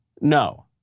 No